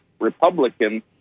Republicans